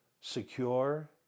secure